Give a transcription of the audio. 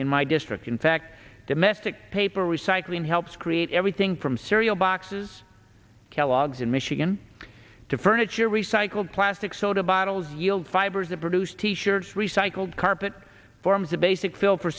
in my district in fact domestic paper recycling helps create everything from cereal boxes kellogg's in michigan to furniture recycled plastic soda bottles yield fibers to produce t shirts recycled carpet forms a basic feel for